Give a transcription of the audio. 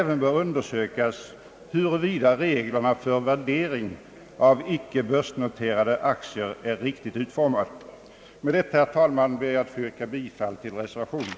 Det bör även undersökas huruvida reglerna för värdering av icke börsnoterade aktier är riktigt utformade. Herr talman! Med detta ber jag att få yrka bifall till reservationen.